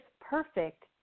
perfect